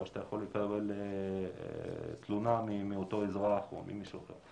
או שאתה יכול לקבל תלונה מאותו אזרח או ממישהו אחר,